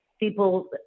people